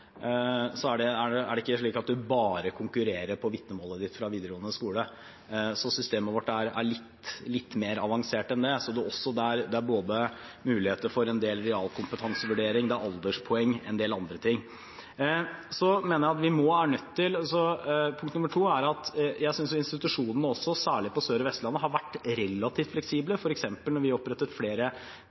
bare konkurrerer på bakgrunn av vitnemålet sitt fra videregående skole. Systemet vårt er litt mer avansert enn det. Det er muligheter for realkompetansevurdering, alderspoeng og en del andre ting. Punkt nr. 2 er at jeg synes at institusjonene – særlig på Sørlandet og Vestlandet – har vært relativt fleksible, f.eks. da vi opprettet flere